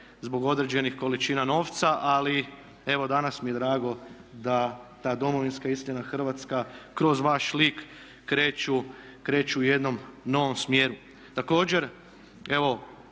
zbog određenih količina novca. Ali evo danas mi je drago da ta Domovinska istina hrvatska kroz vaš lik kreću u jednom novom smjeru. Također, evo